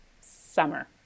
Summer